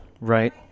right